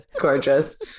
Gorgeous